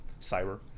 cyber